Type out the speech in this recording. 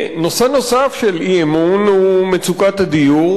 נושא נוסף של אי-אמון הוא מצוקת הדיור,